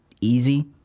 easy